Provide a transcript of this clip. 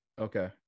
Okay